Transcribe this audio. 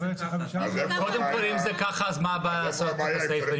את אומרת ש-5 מיליון --- אם זה ככה אז מה הבעיה לעשות לזה סעיף נפרד?